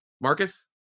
marcus